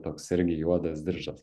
toks irgi juodas diržas